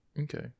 Okay